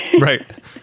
Right